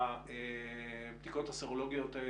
הבדיקות הסרולוגיות,